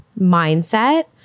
Mindset